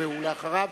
ואחריו,